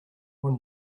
one